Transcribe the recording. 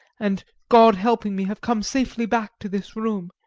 and god, helping me, have come safely back to this room.